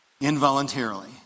involuntarily